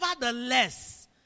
nevertheless